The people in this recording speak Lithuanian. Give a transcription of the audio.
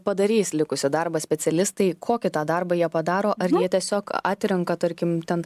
padarys likusį darbą specialistai kokį tą darbą jie padaro ar jie tiesiog atrenka tarkim ten